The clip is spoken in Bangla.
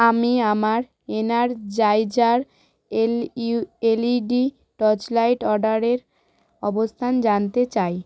আমি আমার এনার্জাইজার এলইউ এলইডি টর্চলাইট অর্ডারের অবস্থান জানতে চাই